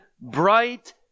bright